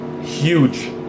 huge